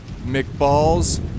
McBalls